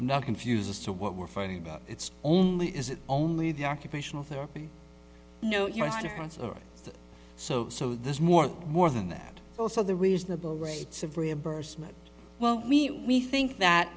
i'm not confused as to what we're fighting about it's only is it only the occupational therapy no your honor os or so so there's more more than that also the reasonable rates of reimbursement well we think that